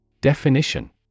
Definition